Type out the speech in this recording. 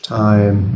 time